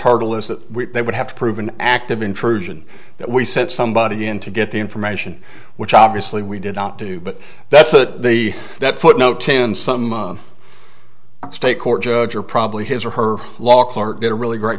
lose that they would have to prove an act of intrusion that we sent somebody in to get the information which obviously we did not do but that's what the that footnote some state court judge or probably his or her law clerk get a really great